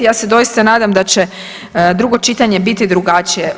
Ja se doista nadam da će drugo čitanje biti drugačije.